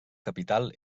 capital